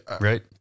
right